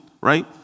Right